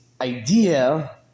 idea